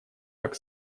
как